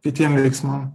kitiem vieksmam